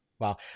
Wow